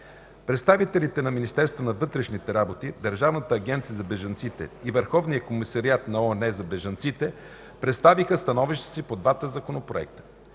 Представителите на Министерство на вътрешните работи, Държавната агенция за бежанците и Върховния комисариат на ООН за бежанците отбелязаха факта, че Законопроектът